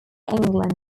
england